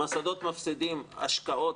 המוסדות מפסידים השקעות,